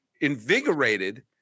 invigorated